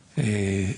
חברתי,